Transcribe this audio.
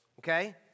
okay